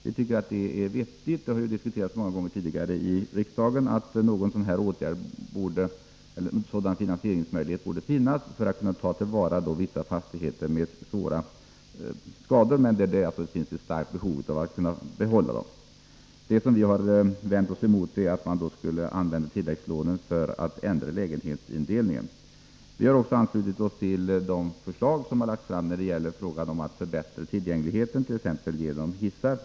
Vi tycker att det är vettigt — och det har diskuterats många gånger tidigare i riksdagen — att en sådan finansieringsmöjlighet finns, så att man kan tillvarata fastigheter med svåra skador som det ändå finns ett starkt behov av att kunna behålla. Det vi har vänt oss emot är att man kan ha använt tilläggslånen för att ändra lägenhetsindelningen. Vi har också anslutit oss till de förslag som lagts fram för att förbättra tillgängligheten, t.ex. genom hissar.